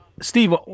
Steve